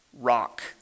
rock